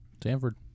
Stanford